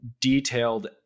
detailed